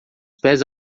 pés